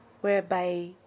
whereby